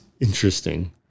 interesting